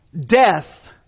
death